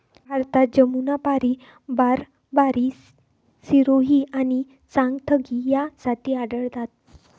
भारतात जमुनापारी, बारबारी, सिरोही आणि चांगथगी या जाती आढळतात